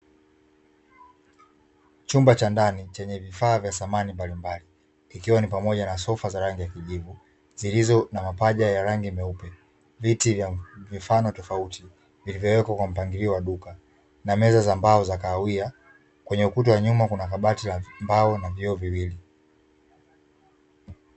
Chumba cha ndani chenye vifaa vya samani mbalimbali ikiwa ni pamoja na sofa za rangi ya kijivu zilizo na mapaja ya rangi meupe, viti vya mifano tofauti vilivyowekwa kwa mpangilio wa duka na meza za mbao za kahawia, kwenye ukuta wa nyuma kuna kabati la mbao na vioo viwili.